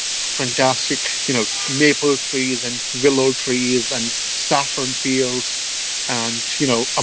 fantastic, you know, maple trees and willow trees and saffron fields and, you know, ah